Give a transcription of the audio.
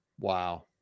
Wow